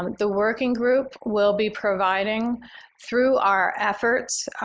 the working group will be providing through our efforts,